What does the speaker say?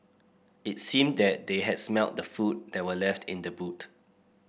it seemed that they had smelt the food that were left in the boot